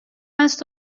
است